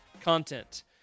content